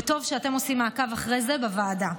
וטוב שאתם עושים מעקב אחרי זה בוועדה.